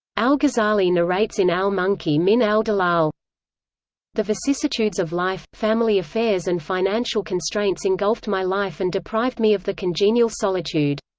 al-ghazali narrates in al-munqidh min al-dalal the vicissitudes of life, family affairs and financial constraints engulfed my life and deprived me of the congenial solitude.